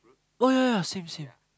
oh ya ya same same